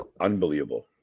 unbelievable